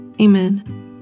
Amen